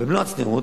במלוא הצניעות,